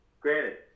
granted